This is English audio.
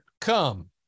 come